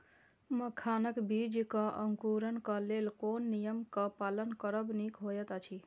मखानक बीज़ क अंकुरन क लेल कोन नियम क पालन करब निक होयत अछि?